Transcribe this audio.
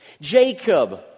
Jacob